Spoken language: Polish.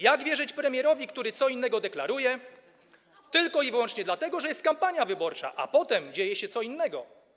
Jak wierzyć premierowi, który co innego deklaruje tylko i wyłącznie dlatego, że jest kampania wyborcza, a potem dzieje się co innego?